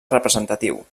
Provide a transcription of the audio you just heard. representatiu